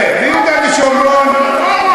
בוא תחיל את זה גם על יו"ש, איך?